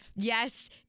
Yes